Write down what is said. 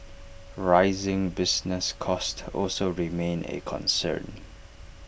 rising business costs also remain A concern